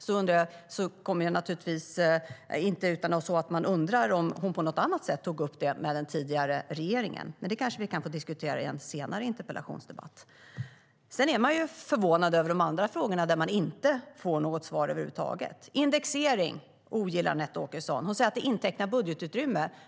Då är det inte utan att man undrar om hon tog upp det på något annat sätt med den tidigare regeringen. Men det kanske vi kan få diskutera i en senare interpellationsdebatt. Man är förvånad över de andra frågorna, där man inte får något svar över huvud taget. Indexering ogillar Anette Åkesson. Hon säger att det intecknar budgetutrymme.